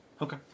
Okay